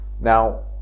Now